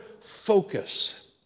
focus